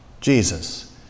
Jesus